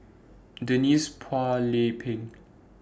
Denise Phua Lay Peng